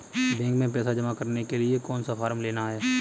Bank में पैसा जमा करने के लिए कौन सा फॉर्म लेना है?